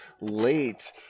late